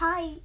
Hi